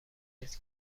نیست